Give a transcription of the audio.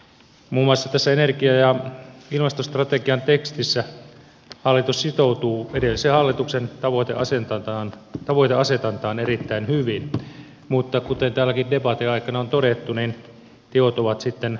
muun muassa tässä energia ja ilmastostrategian tekstissä hallitus sitoutuu edellisen hallituksen tavoiteasetantaan erittäin hyvin mutta kuten täälläkin debatin aikana on todettu niin teot ovat sitten jotakin muuta